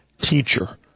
Teacher